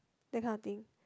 that kind of thing